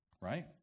Right